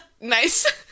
nice